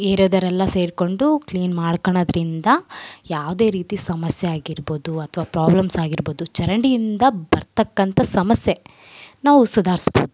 ಏರ್ಯಾದವ್ರೆಲ್ಲ ಸೇರಿಕೊಂಡು ಕ್ಲೀನ್ ಮಾಡ್ಕೊಳದ್ರಿಂದ ಯಾವುದೇ ರೀತಿ ಸಮಸ್ಯೆ ಆಗಿರ್ಬೌದು ಅಥ್ವ ಪ್ರಾಬ್ಲಮ್ಸ್ ಆಗಿರ್ಬೌದು ಚರಂಡಿಯಿಂದ ಬರ್ತಕ್ಕಂಥ ಸಮಸ್ಯೆ ನಾವು ಸುಧಾರ್ಸ್ಬೋದು